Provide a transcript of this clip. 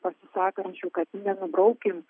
pasisakančių kad nenubraukim